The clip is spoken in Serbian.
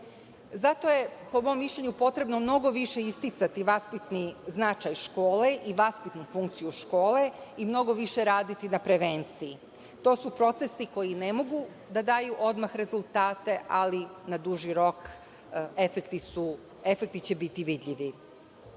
Zato je po mom mišljenju potrebno mnogo više isticati vaspitni značaj škole i vaspitnu funkciju škole i mnogo više raditi na prevenciji. To su procesi koji ne mogu da daju odmah rezultate, ali na duži rok efekti će biti vidljivi. Ključno